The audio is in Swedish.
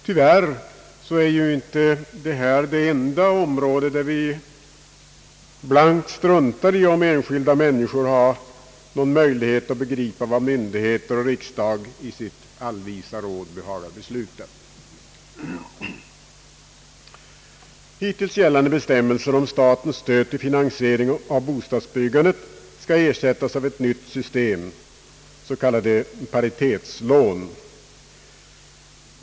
Tyvärr är detta inte det enda område där vi blankt struntar i om enskilda människor har någon möjlighet att begripa vad myndigheter och riksdag i sitt allvisa råd har behagat besluta. Hittills gällande bestämmelser om statens stöd till finansiering av bostadsbyggandet skall ersättas av ett nytt system, s.k. paritetslån.